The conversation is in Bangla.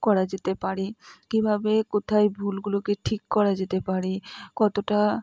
করা যেতে পারে কীভাবে কোথায় ভুলগুলোকে ঠিক করা যেতে পারে কতটা